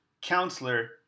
counselor